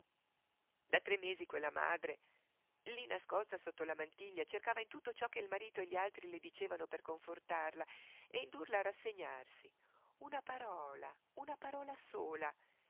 da tre mesi quella madre lì nascosta sotto la mantiglia cercava in tutto ciò che il marito e gli altri le dicevano per confortarla e indurla a rassegnarsi una parola una parola sola